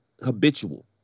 habitual